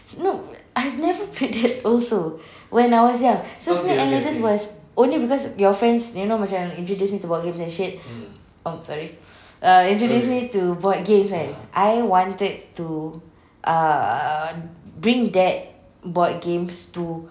no I've never played that also when I was young so snake and ladders was only because your friends you know macam introduced me to board games and shit !oops! sorry err introduced me to board games eh I wanted to ah bring that board games to